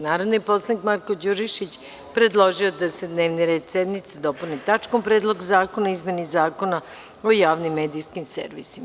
Narodni poslanik Marko Đurišić predložio je da se dnevni red sednice dopuni tačkom – Predlog zakona o izmeni Zakona o javnim medijskim servisima.